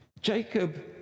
Jacob